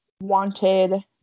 wanted